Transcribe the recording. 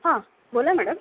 हां बोला मॅडम